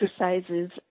exercises